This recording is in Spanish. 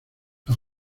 los